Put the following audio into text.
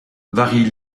varie